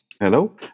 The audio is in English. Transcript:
Hello